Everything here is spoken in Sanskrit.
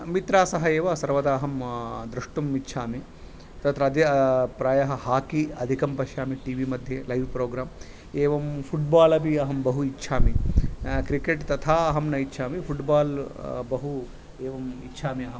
मित्रा सह एव सर्वदा अहं द्रष्टुम् इच्छामि तत्र अद्य प्रायः हाकी अधिकं पश्यामि टी वी मध्ये लैव् प्रोग्राम् एवं फुट्बाल् अपि अहं बहु इच्छामि क्रिकेट् तथा अहं नेच्छामि फुट्बाल् बहु एवम् इच्छामि अहम्